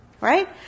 right